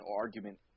argument